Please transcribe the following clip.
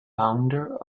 founder